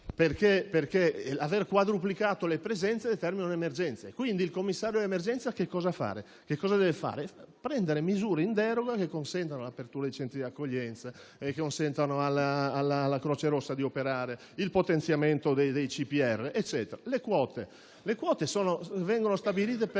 perché aver quadruplicato le presenze determina un'emergenza. Quindi il commissario all'emergenza cosa deve fare? Deve assumere misure in deroga che consentano l'apertura dei Centri di accoglienza, che consentano alla Croce rossa di operare, il potenziamento dei CPR, eccetera.